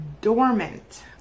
dormant